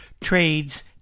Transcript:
trades